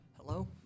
Hello